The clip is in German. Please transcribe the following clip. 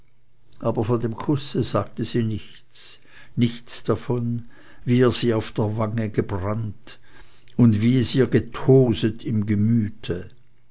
aber von dem kusse sagte sie nichts nichts davon wie er sie auf der wange gebrannt und wie es ihr getoset im gemüte